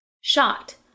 Shocked